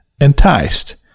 enticed